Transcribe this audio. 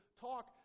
talk